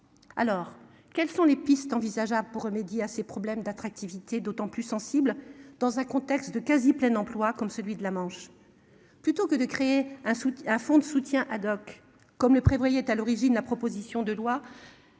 Alors quelles sont les pistes envisageables pour remédier à ces problèmes d'attractivité, d'autant plus sensible dans un contexte de quasi plein emploi comme celui de la Manche. Plutôt que de créer un soutien à fond de soutien à. Comme le prévoyait à l'origine de la proposition de loi.